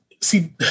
see